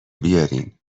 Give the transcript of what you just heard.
بیارین